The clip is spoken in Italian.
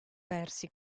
persi